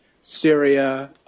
Syria